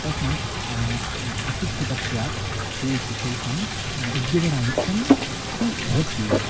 तस्मात् अशिक्षितत्वात् तेषु तेषां उद्योगराहित्यं तु भवत्येव